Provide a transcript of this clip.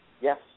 Yes